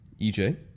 EJ